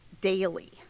daily